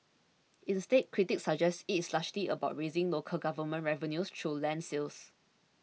instead critics suggest it is largely about raising local government revenues through land sales